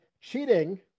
cheating